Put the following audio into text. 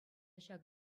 ҫак